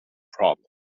problem